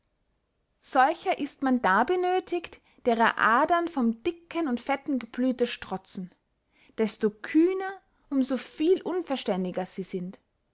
solcher ist man da benöthigt derer adern vom dicken und fetten geblüte strotzen desto kühner um so viel unverständiger sie sind